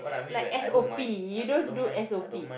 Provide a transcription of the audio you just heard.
like S_O_P you don't do S_O_P